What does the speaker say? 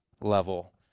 level